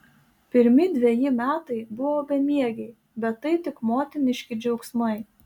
pirmi dveji metai buvo bemiegiai bet tai tik motiniški džiaugsmai